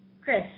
Chris